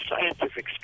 scientific